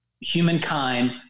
humankind